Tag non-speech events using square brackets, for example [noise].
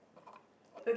[breath]